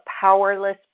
powerless